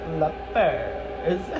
lovers